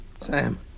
Sam